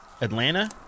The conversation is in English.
Atlanta